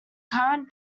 current